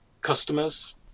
customers